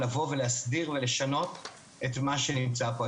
לבוא להסדיר ולשנות את מה שנמצא פה.